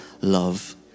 love